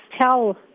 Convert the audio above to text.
Tell